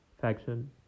faction